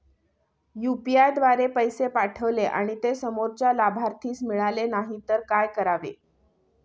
UPI द्वारे पैसे पाठवले आणि ते समोरच्या लाभार्थीस मिळाले नाही तर काय करावे?